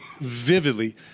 vividly